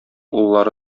уллары